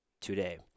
today